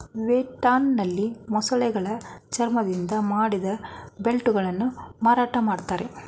ವಿಯೆಟ್ನಾಂನಲ್ಲಿ ಮೊಸಳೆಗಳ ಚರ್ಮದಿಂದ ಮಾಡಿದ ಬೆಲ್ಟ್ ಗಳನ್ನು ಮಾರಾಟ ಮಾಡ್ತರೆ